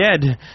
dead